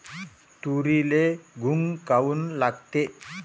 तुरीले घुंग काऊन लागते?